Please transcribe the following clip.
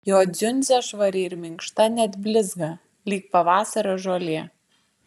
jos dziundzė švari ir minkšta net blizga lyg pavasario žolė